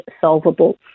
solvable